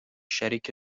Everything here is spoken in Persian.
شریک